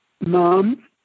mom